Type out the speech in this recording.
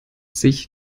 sich